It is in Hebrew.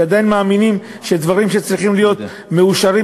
שעדיין מאמינים שדברים שצריכים להיות מאושרים,